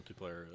multiplayer